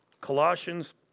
Colossians